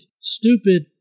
stupid